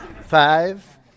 Five